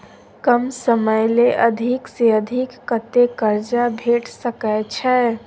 कम समय ले अधिक से अधिक कत्ते कर्जा भेट सकै छै?